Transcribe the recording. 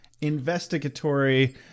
investigatory